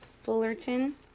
Fullerton